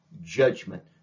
judgment